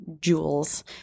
jewels